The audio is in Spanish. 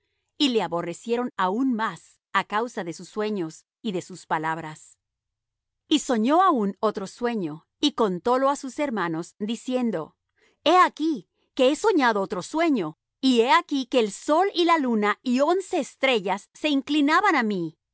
y le aborrecieron aún más á causa de sus sueños y de sus palabras y soñó aún otro sueño y contólo á sus hermanos diciendo he aquí que he soñado otro sueño y he aquí que el sol y la luna y once estrellas se inclinaban á mí